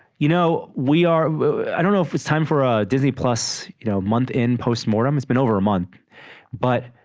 you know we are i don't know if it's time for a disney plus you know month in post-mortem it's been over a month but